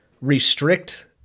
restrict